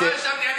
לא האשמתי.